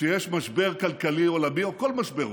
כשיש משבר כלכלי עולמי או כל משבר עולמי,